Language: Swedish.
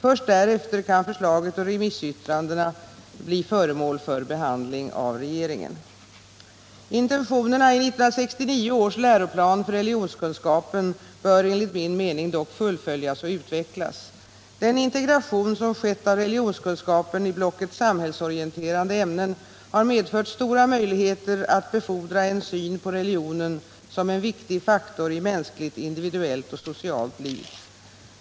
Först därefter kan förslaget och remissyttrandena bli föremål för behandling av regeringen. Intentionerna i 1969 års läroplan för religionskunskapen bör enligt min mening dock fullföljas och utvecklas. Den integration som skett av religionskunskapen i blocket samhällsorienterande ämnen har medfört stora möjligheter att befordra en syn på religionen som en viktig faktor i mänskligt individuellt och socialt liv.